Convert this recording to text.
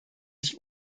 sich